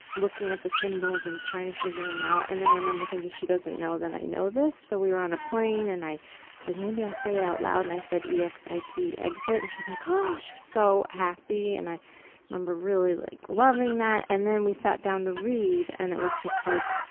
looking at the symbols and trying to figure them out, and then i remember thinking that she doesn't know that i know this, so we were on a plane and i said, maybe i'll say it out loud, and i said e x i t, exit, and she was like, oh! ah she was so happy, and i remember really like loving that, and then we sat down to read, and it was just like,